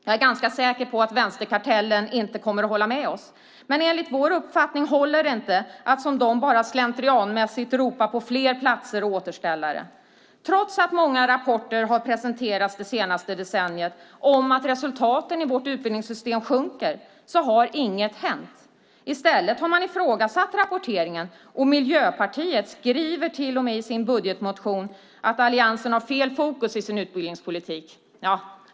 Jag är ganska säker på att vänsterkartellen inte kommer att hålla med oss, men enligt vår uppfattning håller det inte att som dem bara slentrianmässigt ropa på fler platser och återställare. Trots att många rapporter har presenterats det senaste decenniet om att resultaten i vårt utbildningssystem sjunker har inget hänt. I stället har man ifrågasatt rapporteringen, och Miljöpartiet skriver till och med i sin budgetmotion att Alliansen har fel fokus i sin utbildningspolitik.